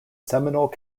seminole